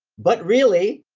but really,